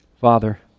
father